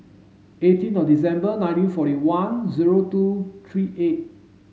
eighteen of December nineteen forty one zero two three eight